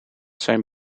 zijn